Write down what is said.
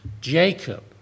Jacob